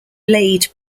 blade